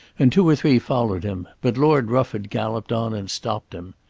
and two or three followed him. but lord rufford galloped on and stopped them.